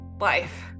life